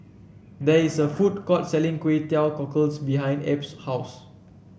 there is a food court selling Kway Teow Cockles behind Ebb's house